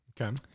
okay